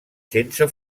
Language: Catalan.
sense